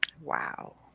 wow